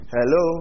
Hello